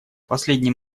последний